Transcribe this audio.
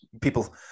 people